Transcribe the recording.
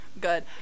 Good